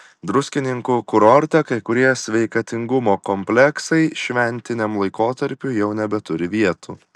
druskininkų kurorte kai kurie sveikatingumo kompleksai šventiniam laikotarpiui jau nebeturi vietų